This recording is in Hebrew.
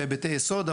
בהיבטי יסוד.